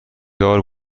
دار